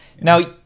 Now